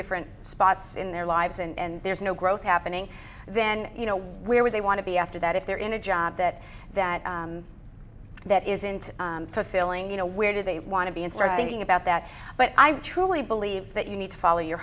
different spots in their lives and there's no growth happening then where would they want to be after that if they're in a job that that that isn't fulfilling you know where do they want to be and start thinking about that but i truly believe that you need to follow your